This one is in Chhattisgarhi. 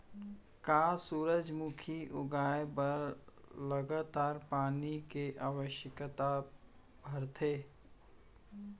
का सूरजमुखी उगाए बर लगातार पानी के आवश्यकता भरथे?